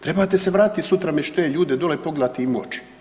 Trebate se vratiti sutra među te ljude dole i pogledati im u oči.